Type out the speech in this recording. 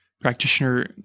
practitioner